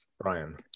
Brian